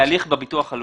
זה הליך בביטוח הלאומי.